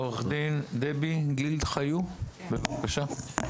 עורכת דין דבי גילד חיו, בבקשה.